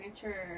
furniture